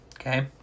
Okay